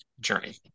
journey